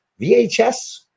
VHS